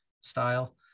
style